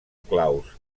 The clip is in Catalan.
claus